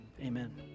amen